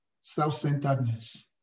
self-centeredness